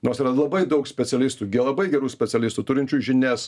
nors yra labai daug specialistų labai gerų specialistų turinčių žinias